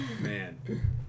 Man